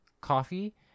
coffee